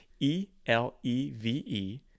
e-l-e-v-e